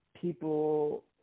People